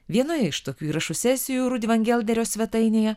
vienoje iš tokių įrašų sesijų rud vangelderio svetainėje